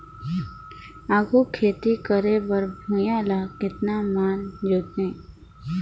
आघु खेती करे बर भुइयां ल कतना म जोतेयं?